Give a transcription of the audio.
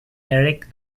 eric